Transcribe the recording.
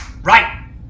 Right